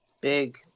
Big